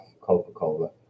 Coca-Cola